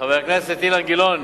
חבר הכנסת אילן גילאון,